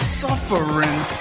suffering